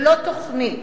ללא תוכנית,